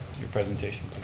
your presentation